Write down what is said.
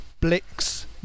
Blix